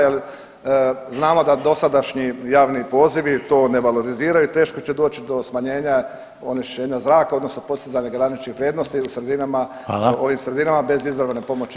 Jel znamo da dosadašnji javni pozivi to ne valoriziraju, teško će doći do smanjenja onečišćenja zraka odnosno postizanje graničnih vrijednosti u sredinama [[Upadica Reiner: Hvala.]] ovim sredinama bez izravne pomoći